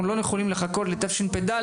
אנחנו לא יכולים לחכות לשנת תשפ"ד,